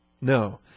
No